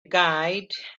guide